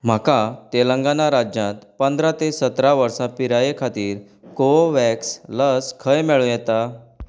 म्हाका तेलंगना राज्यांत पंदरा ते सतरा वर्सां पिराये खातीर कोवोव्हॅक्स लस खंय मेळूं येता